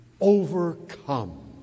overcome